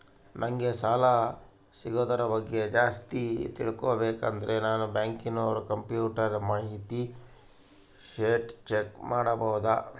ನಂಗೆ ಸಾಲ ಸಿಗೋದರ ಬಗ್ಗೆ ಜಾಸ್ತಿ ತಿಳಕೋಬೇಕಂದ್ರ ನಾನು ಬ್ಯಾಂಕಿನೋರ ಕಂಪ್ಯೂಟರ್ ಮಾಹಿತಿ ಶೇಟ್ ಚೆಕ್ ಮಾಡಬಹುದಾ?